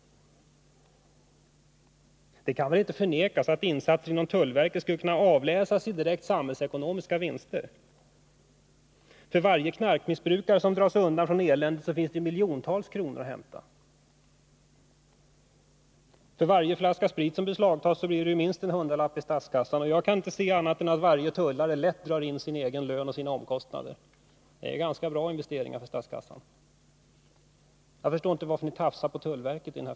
Det kan väl inte förnekas att insatser inom tullverket skulle kunna avläsas i direkt samhällsekonomiska vinster. För varje knarkmissbrukare som kan dras undan från eländet finns det miljontals kronor att hämta. För varje flaska sprit som beslagtas blir det minst en hundralapp till statskassan. Jag kan inte se annat än att varje tullare lätt drar in sin egen lön och sina egna omkostnader. Det är således ganska bra investeringar för statskassan. Jag förstår inte varför ni tafsar på tullverket.